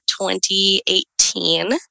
2018